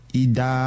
ida